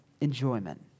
enjoyment